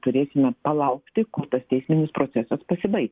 turėsime palaukti kol tas teisminis procesas pasibaigs